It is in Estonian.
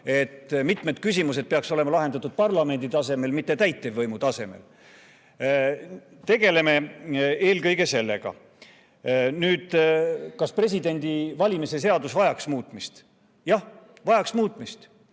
Mitmed küsimused peaksid olema lahendatud parlamendi tasemel, mitte täitevvõimu tasemel. Tegeleme eelkõige sellega! Nüüd, kas presidendi valimise seadus vajaks muutmist? Jah, vajaks muutmist.